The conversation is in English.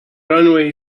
runway